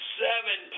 seven